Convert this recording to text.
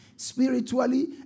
Spiritually